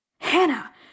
Hannah